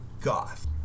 goth